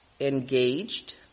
engaged